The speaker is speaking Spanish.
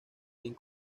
bien